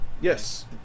yes